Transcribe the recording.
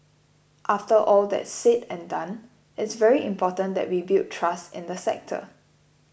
after all that's said and done it's very important that we build trust in the sector